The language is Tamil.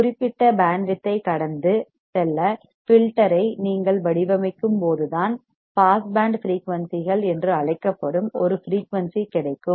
குறிப்பிட்ட பேண்ட் வித் ஐ கடந்து செல்ல ஃபில்டர் ஐ நீங்கள் வடிவமைக்கும்போதுதான் பாஸ் பேண்ட் ஃபிரீயூன்சிகள் என்று அழைக்கப்படும் ஒரு ஃபிரீயூன்சி கிடைக்கும்